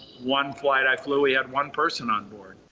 one flight i flew, we had one person on board.